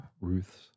Ruth's